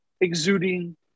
exuding